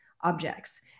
objects